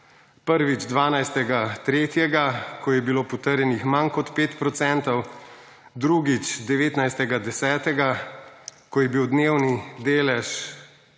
Prvič 12. 3., ko je bilo potrjenih manj kot 5 %, drugič 19. 10., ko je bil dnevni delež